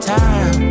time